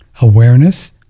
awareness